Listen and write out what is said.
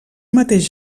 mateix